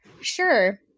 Sure